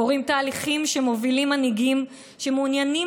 קורים תהליכים שמובילים מנהיגים שמעוניינים